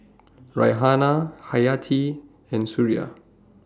Raihana Hayati and Suria